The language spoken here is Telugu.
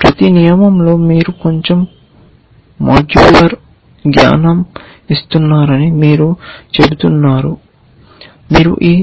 ప్రతి నియమంలో మీరు కొంచెం మాడ్యులర్ జ్ఞానం ఇస్తున్నారని మీరు చెబుతున్నారు మీరు ఈ